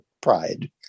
pride